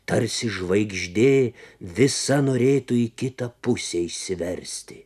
tarsi žvaigždė visa norėtų į kitą pusę išsiversti